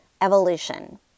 evolution